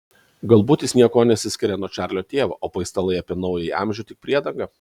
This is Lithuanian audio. galbūt jis niekuo nesiskiria nuo čarlio tėvo o paistalai apie naująjį amžių tik priedanga